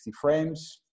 frames